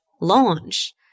launch